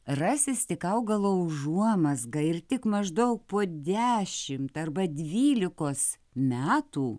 rasis tik augalo užuomazga ir tik maždaug po dešimt arba dvylikos metų